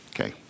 Okay